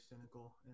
cynical